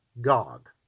Gog